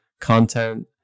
content